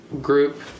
group